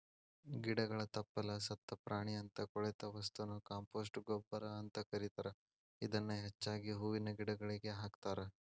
ಗಿಡಗಳ ತಪ್ಪಲ, ಸತ್ತ ಪ್ರಾಣಿಯಂತ ಕೊಳೆತ ವಸ್ತುನ ಕಾಂಪೋಸ್ಟ್ ಗೊಬ್ಬರ ಅಂತ ಕರೇತಾರ, ಇದನ್ನ ಹೆಚ್ಚಾಗಿ ಹೂವಿನ ಗಿಡಗಳಿಗೆ ಹಾಕ್ತಾರ